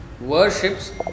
worships